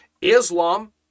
Islam